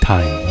Time